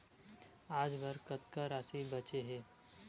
आज बर कतका राशि बचे हे?